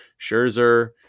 Scherzer